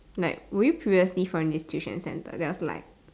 like were you previously from this tuition center then I was like